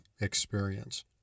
experience